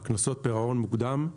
קנסות פירעון מוקדם.